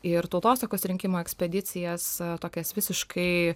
ir tautosakos rinkimo ekspedicijas tokias visiškai